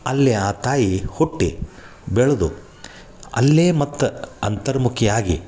ಅಲ್ಲಿ ಆ ತಾಯಿ ಹುಟ್ಟಿ ಬೆಳೆದು ಅಲ್ಲೇ ಮತ್ತೆ ಅಂತರ್ಮುಖಿ ಆಗಿ